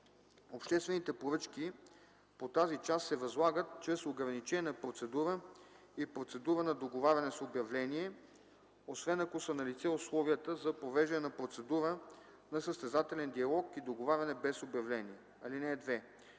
Обществените поръчки по тази част се възлагат чрез ограничена процедура и процедура на договаряне с обявление, освен ако са налице условията за провеждане на процедура на състезателен диалог и договаряне без обявление. (2)